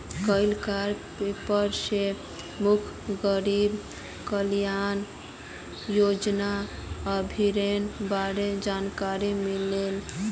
कइल कार पेपर स मोक गरीब कल्याण योजना अभियानेर बारे जानकारी मिलले